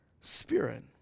spirit